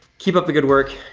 keep up the good work,